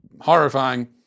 horrifying